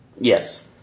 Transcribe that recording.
Yes